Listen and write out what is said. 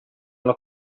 alla